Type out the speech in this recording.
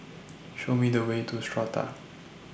Show Me The Way to Strata